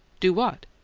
do what?